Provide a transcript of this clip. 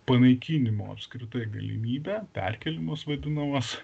panaikinimo apskritai galimybę perkėlimas vadinamas